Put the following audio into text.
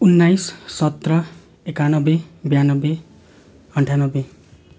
उन्नाइस सत्र एकानब्बे ब्यानब्बे अन्ठानब्बे